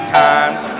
times